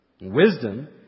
Wisdom